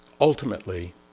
ultimately